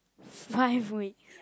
~five weeks